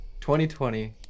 2020